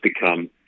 become